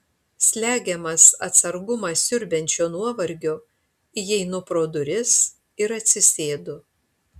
slegiamas atsargumą siurbiančio nuovargio įeinu pro duris ir atsisėdu